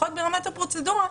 לפחות ברמת הפרוצדורה,